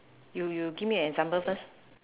you you give me an example first